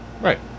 Right